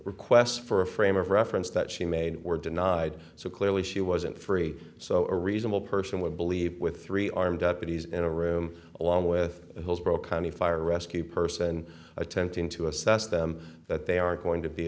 requests for a frame of reference that she made were denied so clearly she wasn't free so a reasonable person would believe with three armed deputies in a room along with the hillsborough county fire rescue person attempting to assess them that they are going to be